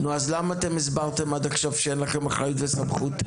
אז למה הסברתם עד עכשיו שאין לכם אחריות וסמכות?